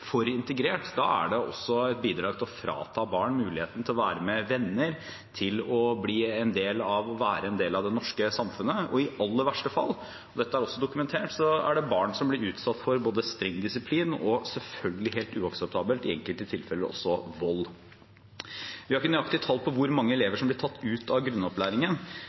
integrert. Da er det et bidrag til å frata barn muligheten til å være med venner, til å være en del av det norske samfunnet. I aller verste fall, dette er dokumentert, er det barn som blir utsatt for streng disiplin– selvfølgelig helt uakseptabelt – og i enkelte tilfeller også vold. Vi har ikke nøyaktige tall på hvor mange elever som blir tatt ut av grunnopplæringen.